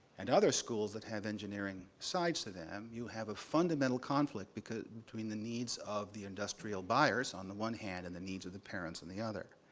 and other schools that have engineering sides to them, you have a fundamental conflict because between the needs of the industrial buyers, on the one hand, and the needs of the parents on the other.